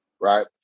Right